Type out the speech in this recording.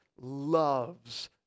loves